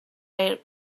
out